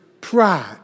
pride